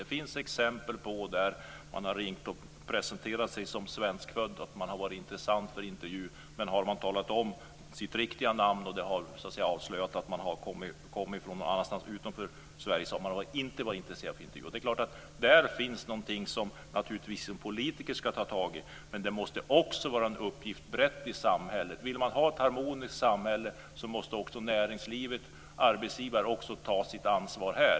Det finns exempel på när man har ringt och presenterat sig som svenskfödd och har varit intressant för en intervju, men om man har talat om sitt riktiga namn och det har avslöjats att man kommer från någonstans utanför Sverige har man inte varit intressant för intervju. Där finns någonting som en politiker ska ta tag i. Men det måste också vara en uppgift brett i samhället. Vill vi ha ett harmoniskt samhälle måste också näringslivet och arbetsgivare ta sitt ansvar.